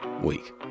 week